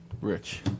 rich